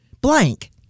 blank